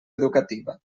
educativa